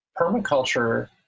permaculture